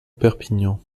perpignan